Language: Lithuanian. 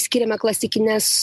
skiriame klasikines